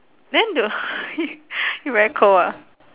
then the you very cold ah